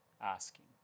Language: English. asking